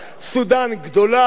סודן גדולה,